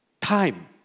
Time